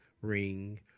ring